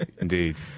indeed